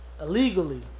illegally